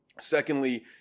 Secondly